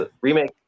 remake